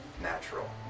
natural